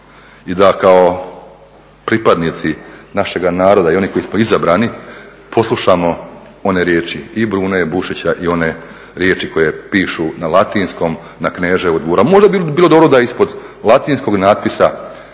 i da kao pripadnici našega naroda i oni koji smo izabrani poslušamo i one riječi i Brune Bušića i one riječi koje pišu na latinskom na Kneževu dvoru, a možda bi bilo dobro da ispod latinskog natpisa